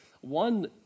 one